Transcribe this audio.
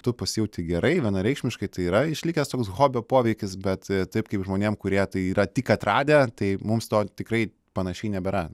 tu pasijauti gerai vienareikšmiškai tai yra išlikęs toks hobio poveikis bet taip kaip žmonėm kurie tai yra tik atradę tai mums to tikrai panašiai nebėra